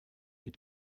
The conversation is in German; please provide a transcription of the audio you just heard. mit